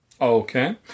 Okay